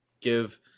Give